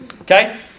Okay